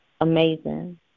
amazing